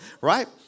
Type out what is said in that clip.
right